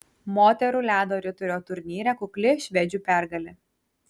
moterų ledo ritulio turnyre kukli švedžių pergalė